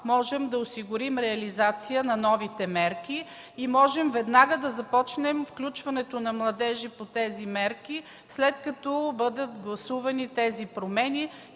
можем да осигурим реализация на новите мерки и веднага да започнем включването на младежи по тези мерки, след като промените бъдат гласувани и излязат